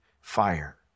fire